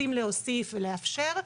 רוצים להוסיף ולאפשר,